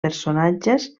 personatges